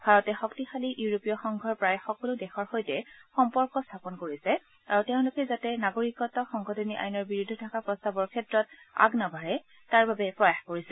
ভাৰতে শক্তিশালী ইউৰোপীয় সংঘৰ প্ৰায় সকলো দেশৰ সৈতে সম্পৰ্ক স্থাপন কৰিছে আৰু তেওঁলোকে যাতে নাগৰিকত্ব সংশোধনী আইনৰ বিৰুদ্ধে থকা প্ৰস্তাৱৰ ক্ষেত্ৰত আগ নাবাঢ়ে তাৰ বাবে প্ৰয়াস কৰিছে